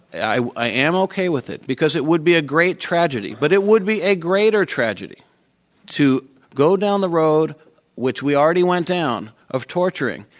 i am okay with it because it would be a great tragedy. but it would be a greater tragedy to go down the road which we already went down of torturing,